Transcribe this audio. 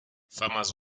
farmers